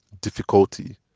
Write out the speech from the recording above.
difficulty